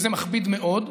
וזה מכביד מאוד.